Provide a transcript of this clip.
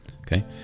okay